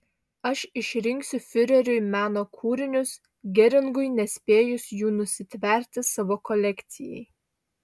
aš išrinksiu fiureriui meno kūrinius geringui nespėjus jų nusitverti savo kolekcijai